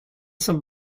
zum